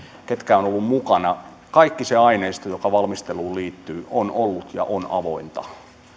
ketkä ovat olleet mukana kaikki se aineisto joka valmisteluun liittyy on ollut ja on avointa